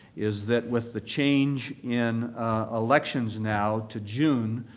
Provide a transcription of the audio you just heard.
is that with the change in elections now to june,